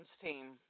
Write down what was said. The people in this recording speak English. team